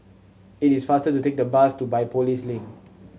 it is faster to take the bus to Biopolis Link